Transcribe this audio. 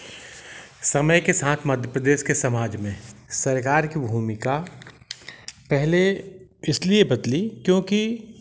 समय के साथ मध्य प्रदेश के समाज में सरकार की भूमिका पहले इसलिए बदली क्योंकि